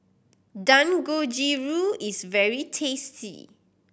dangojiru is very tasty